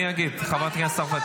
אני אגיד, חברת הכנסת צרפתי.